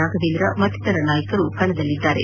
ರಾಘವೇಂದ್ರ ಮತ್ತಿತರ ನಾಯಕರು ಕಣದಲ್ಲಿದ್ದಾರೆ